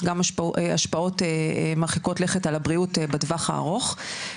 גם השפעות מרחיקות לכת על הבריאות בטווח הארוך,